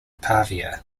pavia